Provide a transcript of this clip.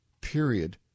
period